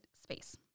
space